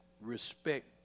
respect